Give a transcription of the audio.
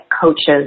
coaches